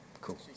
Cool